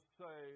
say